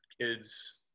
kids